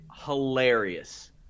hilarious